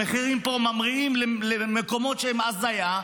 המחירים פה ממריאים למקומות שהם הזיה,